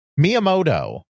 Miyamoto